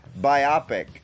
Biopic